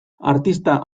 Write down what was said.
artista